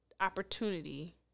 opportunity